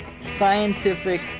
scientific